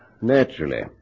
Naturally